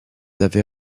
avez